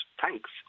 thanks